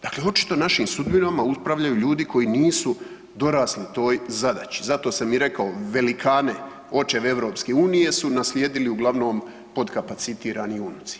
Dakle, očito našim sudbinama upravljaju ljudi koji nisu dorasli toj zadaći, zato sam i rekao velikane očeve Europske Unije su naslijedili uglavnom potkapacitirani unuci.